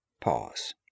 Pause